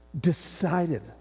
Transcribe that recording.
decided